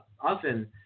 often